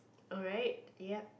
alright ya